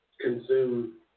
consume